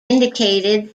indicated